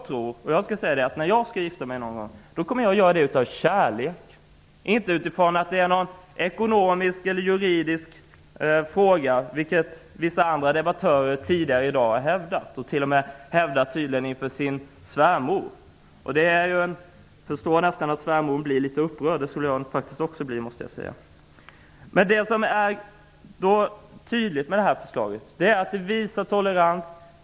När jag en gång skall gifta mig kommer jag att göra det av kärlek och inte på grund av att det är en ekonomisk eller juridisk fråga, vilket vissa debattörer tidigare i dag har hävdat. De hävdar det tydligen t.o.m. inför sin svärmor. Jag förstår nästan att svärmor blir litet upprörd. Det skulle jag också bli. Det här förslaget visar tolerans.